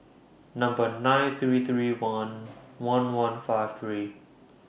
Number nine three three one one one five three